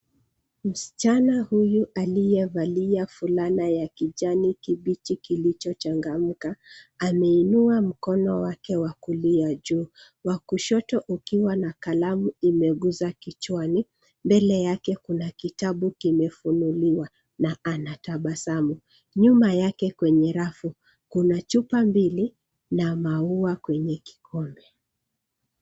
Msichana huyu aliyevalia fulana ya kijani kibichi kilicho changamka ameinua mkono wake wa kulia juu, wa kushoto ukiwa na kalamu imeguza kichwani. Mbele yake kuna kitabu kimefunuliwa na anatabasamu. Nyuma yake kwenye rafu kuna chupa mbili na maua kwenye kikombe.